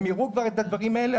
הם יראו כבר את הדברים האלה,